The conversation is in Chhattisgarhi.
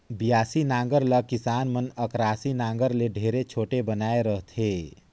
बियासी नांगर ल किसान मन अकरासी नागर ले ढेरे छोटे बनाए रहथे